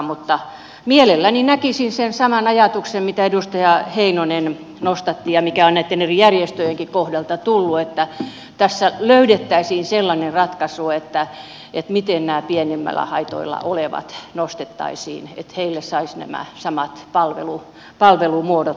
mutta mielelläni näkisin sen saman ajatuksen minkä edustaja heinonen nostatti ja mikä on näitten eri järjestöjenkin kohdalta tullut että tässä löydettäisiin ratkaisu miten nämä pienemmillä haitoilla olevat nostettaisiin esiin niin että heille saisi nämä samat palvelumuodot toteutumaan